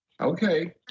Okay